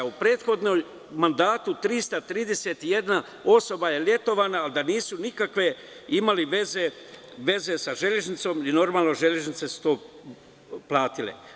U prethodnom mandatu 331 osoba je letovala a da nisu imali nikakve veze sa železnicom i železnice su to platile.